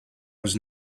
was